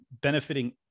benefiting